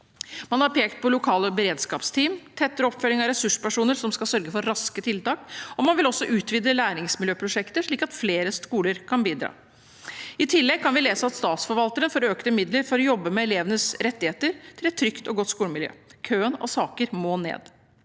Man har pekt på lokale beredskapsteam og tettere oppfølging av ressurspersoner som skal sørge for raske tiltak, og man vil også utvide Læringsmiljøprosjektet, slik at flere skoler kan bidra. I tillegg kan vi lese at statsforvalteren får økte midler for å jobbe med elevenes rettigheter til et trygt og godt skolemiljø. Køen av saker må ned.